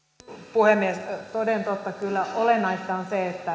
puhemies toden totta kyllä olennaista on se että